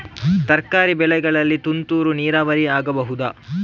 ತರಕಾರಿ ಬೆಳೆಗಳಿಗೆ ತುಂತುರು ನೀರಾವರಿ ಆಗಬಹುದಾ?